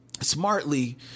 Smartly